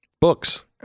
Books